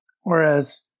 whereas